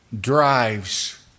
drives